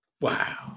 wow